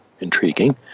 intriguing